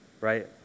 Right